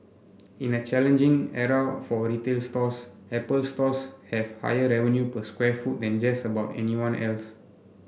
in a challenging era for retail stores Apple Stores have higher revenue per square foot than just about anyone else